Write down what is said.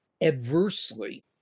adversely